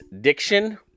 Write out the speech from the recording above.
diction